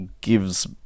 gives